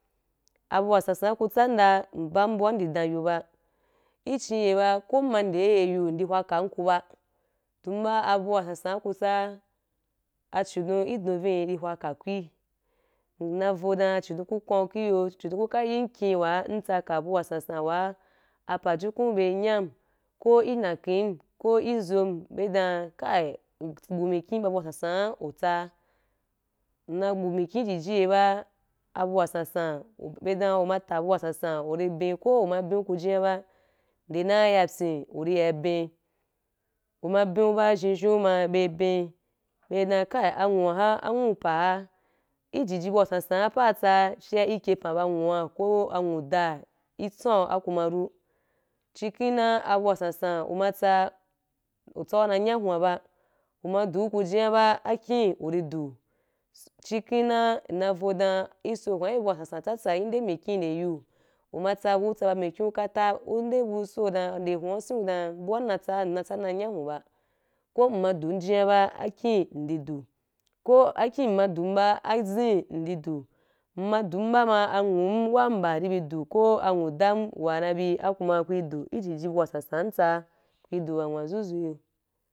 Abu wasansan ku tsada, nbɛn bu’a ndi dan yu ba ichi ye ba, ko ima nde ye yu nde hwa ka’n ku ba, dun ba abu wasansan ku tsa, achibon idon vin hwa ka ku, ina vo dan chidon ku kwam iyo, chidon ku ka yin kin wa ntsa ka bu wasansan wa apa-jukun be nyan, ko inakin, ko izon, be dan kail mbu mikhi ba bu wasansan ntsa’i. Nna mbu mikhi ijiji ye ba abu wasansan, be dan uma ta bu wasansan, uri bin, ko uma bin ku ji’a ba nde na ya pyi, uri ya bin. Uma bin ba, zhi zhi ma be bin, be dan kail, anwu ha, anwu pa’u, ijiji bu wasansan pa’a tsa, fyeh ike panba nwu’u ko a nwuda, isa’u aku ma ro. Ciken na, abu wasnsan uma tsa, utsa na nya hwah ba, uma jʊku ji’a ba, aki wuri du. Ciken na nna vo dan iso hwa ibe bu wasansan watsatsa, inde mikhi nde yu, uma tsa, bu utsa ba mikhi katah nde nu so dan, ude ahwah sen’u dan abu wa nan tsa, natsa na nyahun ba. Ko uma dun jiya ba, akin ndi du, ko akin ima du ba, azin ndi du, nma du ba ma a nwum wa mban ribi du, ko anwu dan wa nabi, aku ma kurdu ijiji bu wasansan am ntsa, ku yidu wa wɛnzuzu iyo.